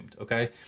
Okay